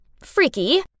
Freaky